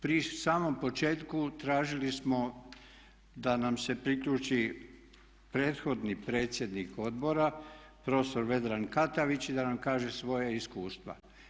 Pri samom početku tražili smo da nam se priključi prethodni predsjednik odbora prof. Vedran Katavić i da nam kaže svoja iskustva.